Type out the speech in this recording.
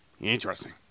Interesting